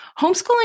Homeschooling